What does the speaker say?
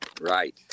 Right